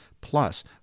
plus